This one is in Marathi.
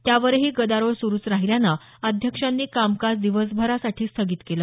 त्यावरही गदारोळ सुरुच राहिल्यानं अध्यक्षांनी कामकाज दिवसभरासाठी स्थगित केलं